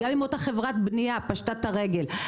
גם אם אותה חברת בנייה פשטה את הרגל.